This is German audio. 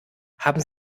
haben